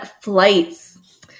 flights